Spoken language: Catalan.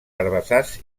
herbassars